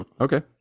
Okay